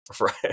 right